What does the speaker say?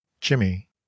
Jimmy